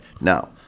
Now